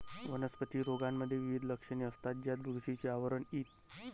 वनस्पती रोगांमध्ये विविध लक्षणे असतात, ज्यात बुरशीचे आवरण इ